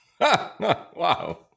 Wow